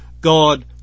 God